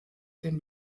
dem